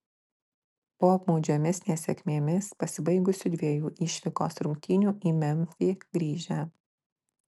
po apmaudžiomis nesėkmėmis pasibaigusių dviejų išvykos rungtynių į memfį grįžę